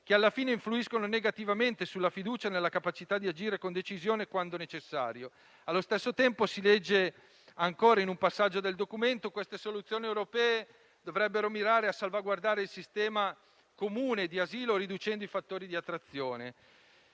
che alla fine influiscono negativamente sulla fiducia nella capacità di agire con decisione quando necessario. Allo stesso tempo, si legge ancora in un passaggio del documento che queste soluzioni europee dovrebbero mirare a salvaguardare il sistema comune di asilo, riducendo i fattori di attrazione.